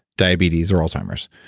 diabetes or alzheimer's.